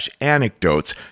anecdotes